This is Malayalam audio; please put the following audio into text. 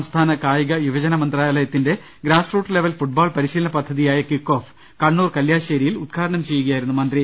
സംസ്ഥാന കായിക യുവജനകാരൃ മന്ത്രാലയത്തിന്റെ ഗ്രാസ്റൂട്ട് ലെവൽ ഫുട്ബോൾ പരിശീലന പദ്ധതിയായ കിക്കോഫ് കണ്ണൂർ കല്ല്യാശ്ശേരിയിൽ ഉദ്ഘാടനം ചെയ്യുകയായിരുന്നു മന്ത്രി